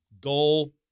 Goal